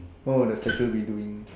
what will the statue be doing